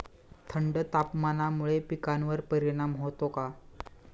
थंड तापमानामुळे पिकांवर परिणाम होतो का?